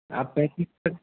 आप पैंतीस का